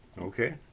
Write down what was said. Okay